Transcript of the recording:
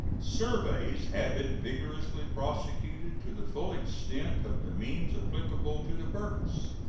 surveys have been vigorously prosecuted to the full extent of the means applicable to the purpose.